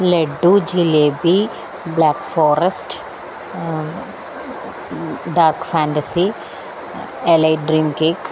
laddu jalebi black forest Dark Fantasy എൽഐ dream cake